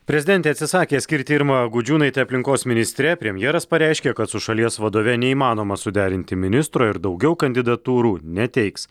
prezidentė atsisakė skirti irmą gudžiūnaitę aplinkos ministre premjeras pareiškė kad su šalies vadove neįmanoma suderinti ministro ir daugiau kandidatūrų neteiks